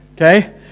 okay